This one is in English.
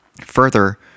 Further